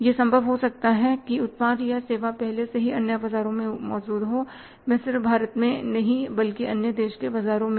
यह संभव हो सकता है कि उत्पाद या सेवा पहले से ही अन्य बाजारों में मौजूद हो मैं सिर्फ भारत में बल्कि अन्य देशों के बाजारों में